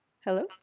Hello